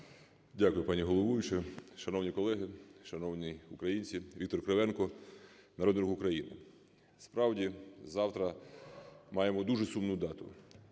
Дякую, пані головуюча. Шановні колеги, шановні українці! Віктор Кривенко, Народний Рух України. Справді, завтра маємо дуже сумну дату.